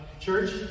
church